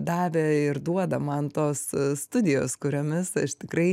davė ir duoda man tos studijos kuriomis aš tikrai